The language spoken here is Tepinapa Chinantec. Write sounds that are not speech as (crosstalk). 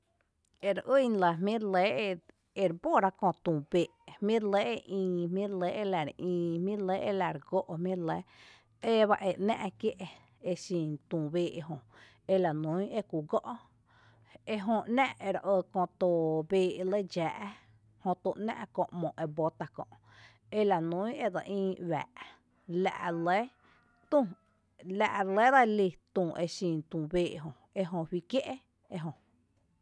Ere ýn lⱥ jmíi’ re lɇ e (hesitation) e re bóra köo tü bee’ jmíi’ re lɇ e ïï, jmíi’ re lɇ ela re ïï, jmíi’ re lɇ ela re gó jmíi’ re lɇ, eba e ‘nⱥ’ kié’ exin tü bee´jö ela nún e kú gó’ ejö nⱥ’ ere ɇ köö too bee’ lɇ dxáa’ jötu ‘nⱥ’ köö ‘mo ebótá’ kö’ ela nún e dse ïï ua’a’, la’ lɇ tü, la’ re lɇ tü, la’ re lɇ dse lí tü, tü exin tü bee’ jö, ejö juí kié’ ejö